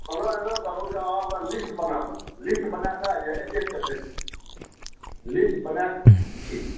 अहाँ एना करु जे अहाँ ओकर लिस्ट बनाबु लिस्ट बना कए जे स्टेटके भेजु लिस्ट बनाएके ठीक